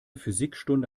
physikstunde